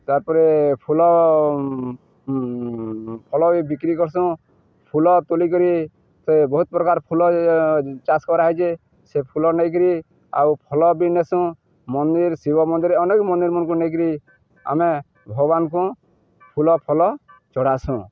ତା'ପରେ ଫୁଲ ଫଳ ବି ବିକ୍ରି କରସୁଁ ଫୁଲ ତୁଲିକରି ସେ ବହୁତ ପ୍ରକାର ଫୁଲ ଚାଷ କରାହେଇଛେ ସେ ଫୁଲ ନେଇକିରି ଆଉ ଫଳ ବି ନେସୁଁ ମନ୍ଦିର ଶିବ ମନ୍ଦିର ଅନେକ ମନ୍ଦିର ମାନଙ୍କୁ ନେଇକିରି ଆମେ ଭଗବାନଙ୍କୁ ଫୁଲ ଫଳ ଚଢ଼ାସୁଁ